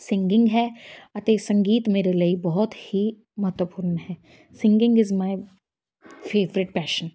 singing ਹੈ ਅਤੇ ਸੰਗੀਤ ਮੇਰੇ ਲਈ ਬਹੁਤ ਹੀ ਮਹੱਤਵਪੂਰਨ ਹੈ singing is my favourite passion